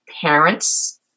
parents